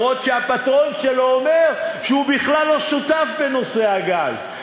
שהפטרון שלו אומר שהוא בכלל לא שותף בנושא הגז,